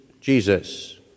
Jesus